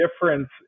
difference